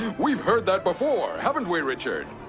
we've heard that before, haven't we, richard?